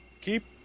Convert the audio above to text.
Keep